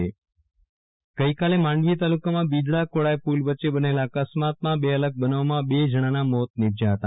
વિરલ રાણા અકસ્માત ગઈકાલે માંડવી તાલુકામાં બિદડા કોડાયપુલ વચ્ચે બનેલા અકસ્માતમાં બે અલગ બનાવોમાં બે જનના મોત નીપશ્યા હતા